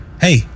Hey